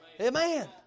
Amen